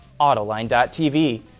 Autoline.tv